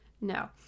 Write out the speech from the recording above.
no